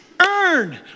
earn